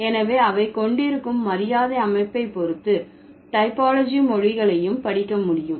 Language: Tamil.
எனவே அவை கொண்டிருக்கும் மரியாதை அமைப்பை பொறுத்து டைப்போலாஜி மொழிகளையும் படிக்க முடியும்